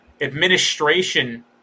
administration